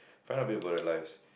find out about people's life